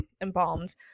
embalmed